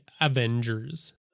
Avengers